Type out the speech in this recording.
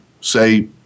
say